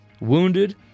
Wounded